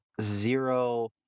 zero